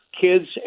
kids